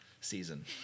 season